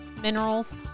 minerals